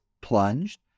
plunged